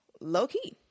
Low-key